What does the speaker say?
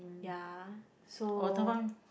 ya so